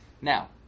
Now